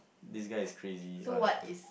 this guy is crazy or like